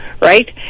Right